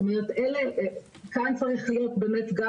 אז כאן אני חושב שצריכה להיות איזושהי אחידות.